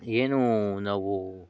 ಏನೂ ನಾವೂ